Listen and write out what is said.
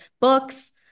books